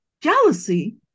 Jealousy